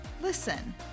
listen